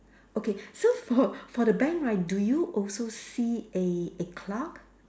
okay so for for the bank right do you also see a a clock